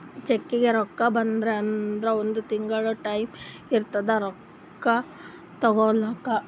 ಚೆಕ್ನಾಗ್ ರೊಕ್ಕಾ ಬರ್ದಿ ಅಂದುರ್ ಒಂದ್ ತಿಂಗುಳ ಟೈಂ ಇರ್ತುದ್ ರೊಕ್ಕಾ ತಗೋಲಾಕ